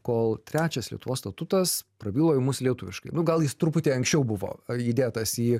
kol trečias lietuvos statutas prabilo į mus lietuviškai nu gal jis truputį anksčiau buvo įdėtas į